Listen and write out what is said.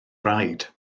raid